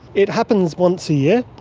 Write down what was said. it happens once a year.